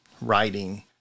writing